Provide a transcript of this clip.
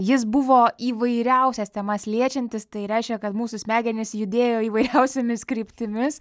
jis buvo įvairiausias temas liečiantis tai reiškia kad mūsų smegenys judėjo įvairiausiomis kryptimis